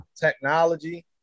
technology